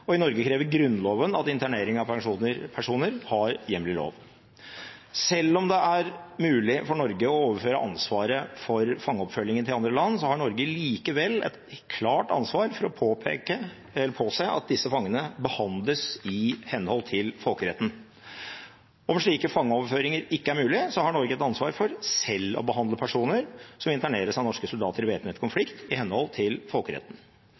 og i Norge krever Grunnloven at internering av personer har hjemmel i lov. Selv om det er mulig for Norge å overføre ansvaret for fangeoppfølgingen til andre land, har Norge likevel et klart ansvar for å påse at disse fangene behandles i henhold til folkeretten. Om slike fangeoverføringer ikke er mulig, har Norge et ansvar for selv å behandle personer som interneres av norske soldater i væpnet konflikt, i henhold til folkeretten.